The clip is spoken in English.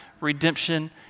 redemption